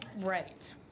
right